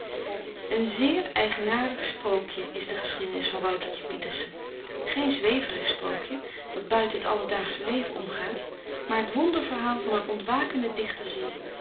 een zeer eigenaardig sprookje is de geschiedenis van woutertje pieterse geen zweverig sprookje dat buiten het alledaagsche leven omgaat maar het wonderverhaal van een ontwakende dichterziel